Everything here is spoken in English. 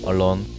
Alone